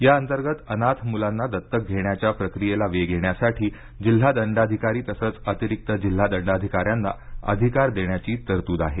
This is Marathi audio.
याअंतर्गत अनाथ मुलांना दत्तक घेण्याच्या प्रक्रियेला वेग येण्यासाठी जिल्हा दंडाधिकारी तसंच अतिरिक्त जिल्हा दंडाधिकाऱ्यांना अधिकार देण्याची तरतूद आहे